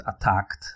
attacked